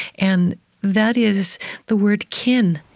and that is the word kin.